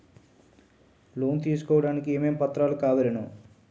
Loan తీసుకోడానికి ఏమేం పత్రాలు కావలెను?